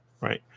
right